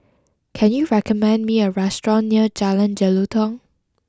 can you recommend me a restaurant near Jalan Jelutong